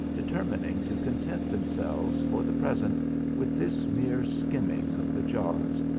determining to content themselves for the present with this mere skimming of the jars,